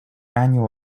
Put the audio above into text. annual